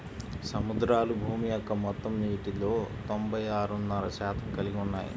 సముద్రాలు భూమి యొక్క మొత్తం నీటిలో తొంభై ఆరున్నర శాతం కలిగి ఉన్నాయి